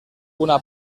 una